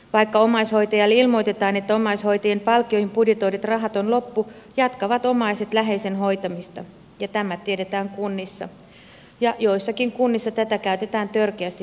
vaikka omaishoitajille ilmoitetaan että omaishoitajien palkkioihin budjetoidut rahat ovat loppu jatkavat omaiset läheisen hoitamista ja tämä tiedetään kunnissa ja joissakin kunnissa tätä käytetään törkeästi hyväksi